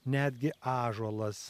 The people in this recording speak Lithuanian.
netgi ąžuolas